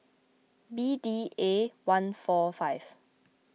B D A one four five